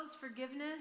forgiveness